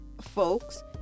folks